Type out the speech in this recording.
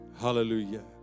Hallelujah